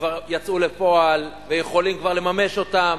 וכבר יצאו לפועל, ויכולים כבר לממש אותם,